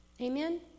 Amen